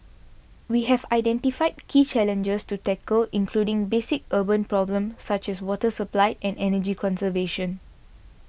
we have identified key challenges to tackle including basic urban problems such as water supply and energy conservation